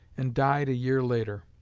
and died a year later.